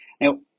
Now